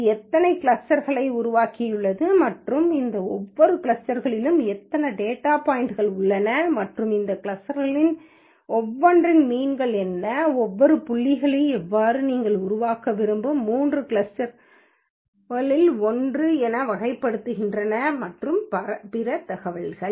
இது எத்தனை கிளஸ்டர்க்களை உருவாக்கியுள்ளது மற்றும் இந்த ஒவ்வொரு கிளஸ்டர்க்களிலும் எத்தனை டேட்டா பாய்ன்ட்கள் உள்ளன மற்றும் இந்த கிளஸ்டர்கள் ஒவ்வொன்றின் மீன்கள் என்ன ஒவ்வொரு புள்ளிகளும் எவ்வாறு நீங்கள் உருவாக்க விரும்பும் 3 கிளஸ்டர்களில் 1 என வகைப்படுத்தப்படுகின்றன மற்றும் பிற தகவல்கள்